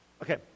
okay